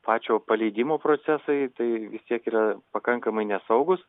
pačio paleidimo procesai tai vis tiek yra pakankamai nesaugūs